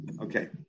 Okay